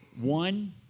One